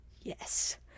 Yes